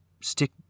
stick